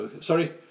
sorry